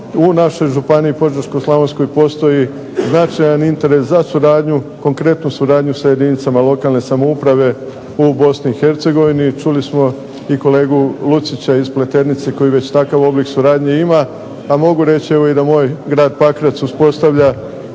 u našoj Požeško-slavonskoj postoji značajan interes za suradnju konkretnu suradnju sa jedinicama lokalne samouprave u BiH. Čuli smo i kolegu Lucića iz Pleternice koji već takav oblik suradnje ima, a mogu reći da i moj grad Pakrac uspostavlja